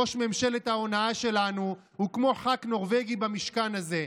ראש ממשלת ההונאה שלנו הוא כמו ח"כ נורבגי במשכן הזה,